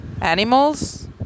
animals